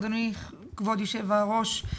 כבוד היושב ראש.